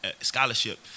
scholarship